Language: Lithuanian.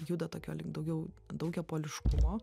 juda tokio link daugiau daugiapoliškumo